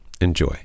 Enjoy